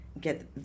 get